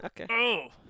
Okay